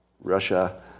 Russia